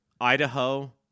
Idaho